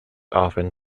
often